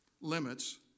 limits